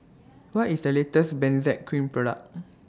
What IS The latest Benzac Cream Product